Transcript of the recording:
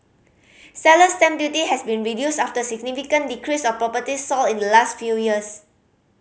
seller's stamp duty has been reduced after significant decrease of properties sold in the last few years